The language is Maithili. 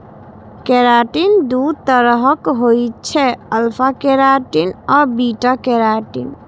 केराटिन दू तरहक होइ छै, अल्फा केराटिन आ बीटा केराटिन